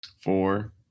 Four